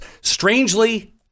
Strangely